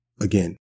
again